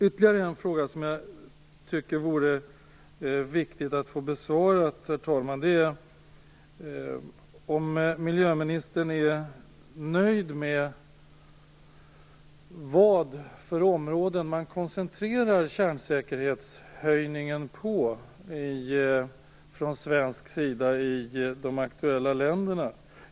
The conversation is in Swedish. Ytterligare en fråga som jag tycker det vore viktigt att få besvarad är om miljöministern är nöjd med de områden man koncentrerar kärnsäkerhetshöjningen på från svensk sida i de aktuella länderna.